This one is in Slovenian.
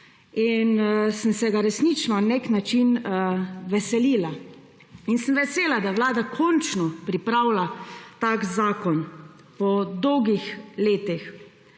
in sem se ga resnično na nek način veselila in sem vesela, da je Vlada končno pripravila tak zakon. Po dolgih letih.